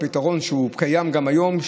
שקיים גם היום,